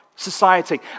society